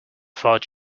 thought